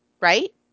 right